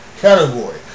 category